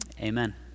Amen